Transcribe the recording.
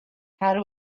how